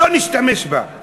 לא נשתמש בה,